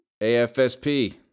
AFSP